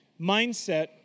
mindset